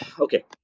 okay